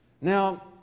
now